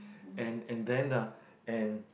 and and then uh and